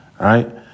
right